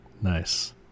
nice